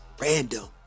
Random